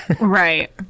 right